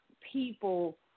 people